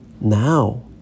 Now